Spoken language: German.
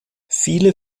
viele